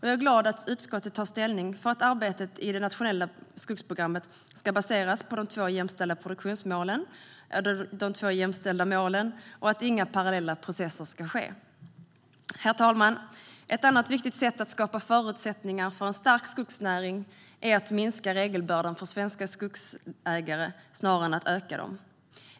Jag är glad att utskottet tar ställning för att arbetet i det nationella skogsprogrammet ska baseras på de två jämställda målen och att inga parallella processer bör ske. Herr talman! Ett annat viktigt sätt att skapa förutsättningar för en stark skogsnäring är att minska regelbördan för svenska skogsägare snarare än att öka den.